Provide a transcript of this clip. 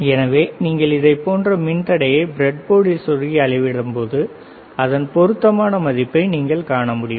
எனவே நீங்கள் இதைப் போன்று மின்தடையை பிரட்போர்டில் சொருகி அளவிடும் போது அதன் பொருத்தமான மதிப்பை நீங்கள் காண முடியும்